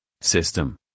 system